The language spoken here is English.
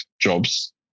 jobs